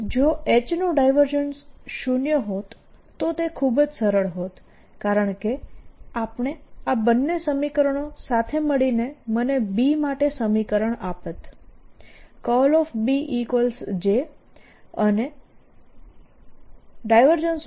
જો H નું divergence શૂન્ય હોત તો તે ખૂબ જ સરળ હોત કારણકે આ બંને સમીકરણો સાથે મળીને મને B માટે સમીકરણો આપત Bjઅને